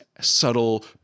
subtle